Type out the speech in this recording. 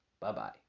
Bye-bye